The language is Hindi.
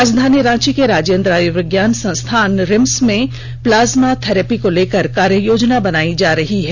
राजधानी रांची के राजेंद्र आयुर्विज्ञान संस्थान रिम्स में प्लाज्मा थेरेपी को लेकर कार्ययोजना बनाई जा रही है